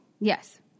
Yes